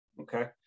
okay